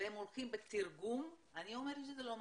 והם הולכים בתרגום, אני אומרת שזה לא מספיק.